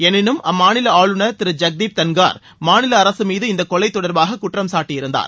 எனினும் அம்மாநில ஆளுநர் திரு ஜகதீப் தன்கார் மாநில அரசு மீது இந்தக் கொலை தொடர்பாக குற்றம் சாட்டியிருந்தார்